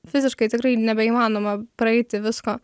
fiziškai tikrai nebeįmanoma praeiti visko